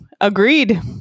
Agreed